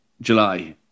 july